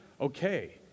okay